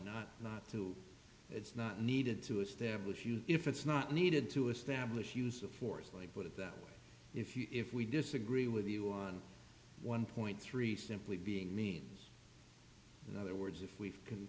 not not to it's not needed to establish you if it's not needed to establish use of force like put it that if you if we disagree with you on one point three simply being means in other words if we can